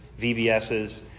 VBSs